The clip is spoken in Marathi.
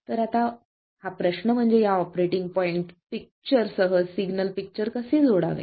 तर आता हा प्रश्न म्हणजे या ऑपरेटिंग पॉईंट पिक्चरसह सिग्नल पिक्चर कसे जोडावे